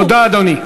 תודה, אדוני.